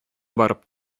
барып